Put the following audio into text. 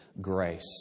grace